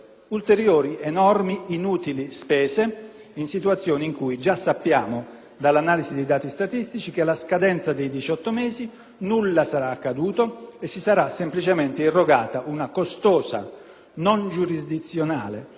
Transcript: dall'analisi dei dati statistici che alla scadenza dei 18 mesi nulla sarà accaduto e si sarà semplicemente irrogata una costosa, non giurisdizionale, incivile misura detentiva. Metafora,